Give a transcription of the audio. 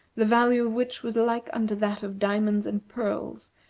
the value of which was like unto that of diamonds and pearls,